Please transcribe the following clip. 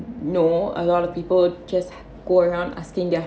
know a lot of people just go around asking their